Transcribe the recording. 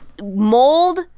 Mold